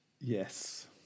Yes